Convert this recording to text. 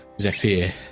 Zephyr